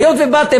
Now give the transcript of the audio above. היות שבאתם,